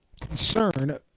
concern